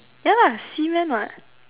ya lah semen [what]